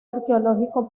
arqueológico